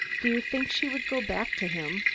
do you think she would go back to him?